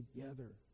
together